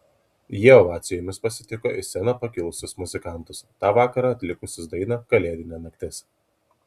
jie ovacijomis pasitiko į sceną pakilusius muzikantus tą vakarą atlikusius dainą kalėdinė naktis